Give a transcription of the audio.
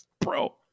bro